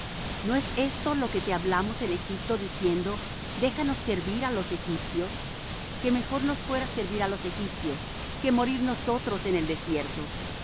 no es esto lo que te hablamos en egipto diciendo déjanos servir á los egipcios que mejor nos fuera servir á los egipcios que morir nosotros en el desierto